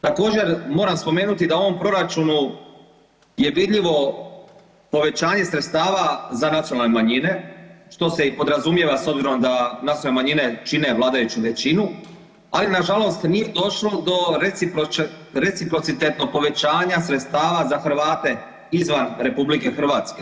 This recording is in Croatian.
Također, moram spomenuti da u ovom proračunu je vidljivo povećanje sredstava za nacionalne manjine, što se i podrazumijeva s obzirom da nacionalne manjine čine vladajuću većinu, ali nažalost nije došlo do reciprocitetnog povećanja sredstava za Hrvate izvan RH.